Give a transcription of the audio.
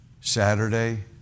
Saturday